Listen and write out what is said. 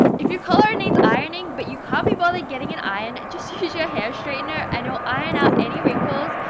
if your collar needs ironing but you can't be bothered getting an iron just use your hair straightner and it will iron out any wrinkles.